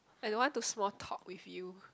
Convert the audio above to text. I don't want to small talk with you